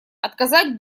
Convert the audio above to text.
отказать